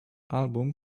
album